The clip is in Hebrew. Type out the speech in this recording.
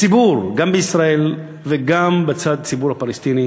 גם הציבור הישראלי וגם הציבור הפלסטיני